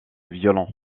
violon